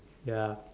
ya